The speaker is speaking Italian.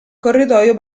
corridoio